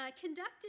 conducted